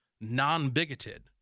non-bigoted